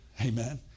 Amen